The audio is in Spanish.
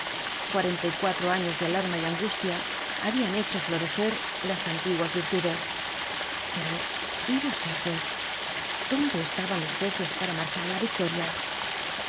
cuarenta y cuatro años de alarma y angustia habían hecho florecer las antiguas virtudes pero y los jefes dónde estaban los jefes para marchar á la victoria